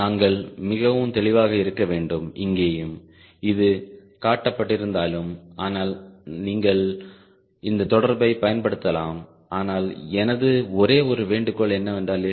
நாங்கள் மிகவும் தெளிவாக இருக்க வேண்டும் இங்கேயும் இது காட்டப்பட்டிருந்தாலும் ஆனால் நீங்கள் இந்த தொடர்பைப் பயன்படுத்தலாம் ஆனால் எனது ஒரே ஒரு வேண்டுகோள் என்னவென்றால் எஃப்